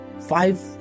Five